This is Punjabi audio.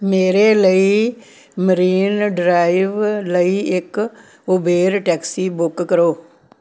ਮੇਰੇ ਲਈ ਮਰੀਨ ਡਰਾਈਵ ਲਈ ਇੱਕ ਉਬੇਰ ਟੈਕਸੀ ਬੁੱਕ ਕਰੋ